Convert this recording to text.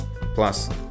Plus